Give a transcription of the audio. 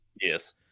yes